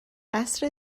عصر